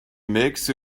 makes